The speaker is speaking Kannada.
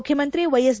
ಮುಖ್ಯಮಂತ್ರಿ ವೈಎಸ್